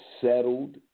settled